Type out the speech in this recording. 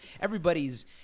everybody's